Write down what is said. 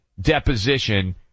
deposition